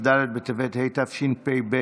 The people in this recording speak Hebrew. כ"ד בטבת התשפ"ב,